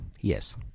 yes